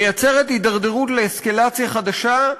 מייצרת הידרדרות לאסקלציה חדשה.